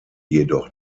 jedoch